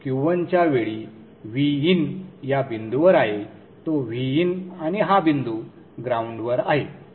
Q1 च्या वेळी Vin या बिंदूवर आहे तो Vin आणि हा बिंदू ग्राऊंडवर आहे